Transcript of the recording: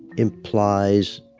implies